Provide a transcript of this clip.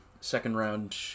second-round